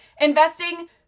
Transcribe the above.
Investing